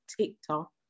TikTok